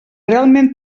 realment